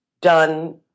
done